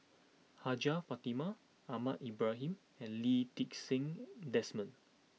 Hajjah Fatimah Ahmad Ibrahim and Lee Ti Seng Desmond